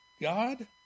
God